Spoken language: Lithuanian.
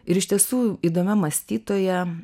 ir iš tiesų įdomia mąstytoja